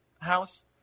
house